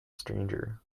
stranger